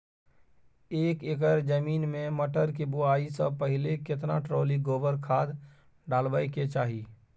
एक एकर जमीन में मटर के बुआई स पहिले केतना ट्रॉली गोबर खाद डालबै के चाही?